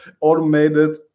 automated